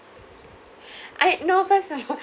I know because my mom